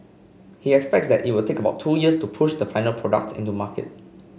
he expects that it will take about two years to push the final product into market